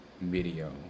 video